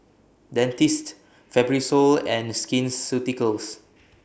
Dentiste Fibrosol and Skin Ceuticals